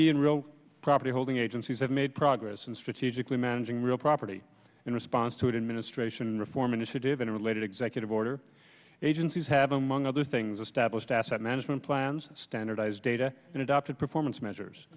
b in real property holding agencies have made progress in strategically managing real property in response to an administration reform initiative in related executive order agencies have among other things established asset management plans standardize data and adopted performance measures